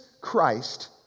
Christ